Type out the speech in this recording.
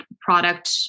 product